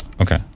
okay